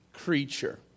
creature